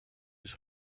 his